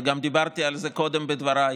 וגם דיברתי על זה קודם בדבריי.